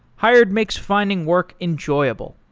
hired makes finding work enjoyable.